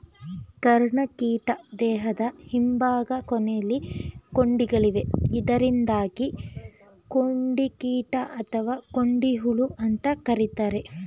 ಕರ್ಣಕೀಟ ದೇಹದ ಹಿಂಭಾಗ ಕೊನೆಲಿ ಕೊಂಡಿಗಳಿವೆ ಇದರಿಂದಾಗಿ ಕೊಂಡಿಕೀಟ ಅಥವಾ ಕೊಂಡಿಹುಳು ಅಂತ ಕರೀತಾರೆ